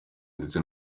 ndetse